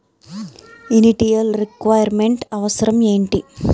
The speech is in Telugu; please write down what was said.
ఇనిటియల్ రిక్వైర్ మెంట్ అవసరం ఎంటి?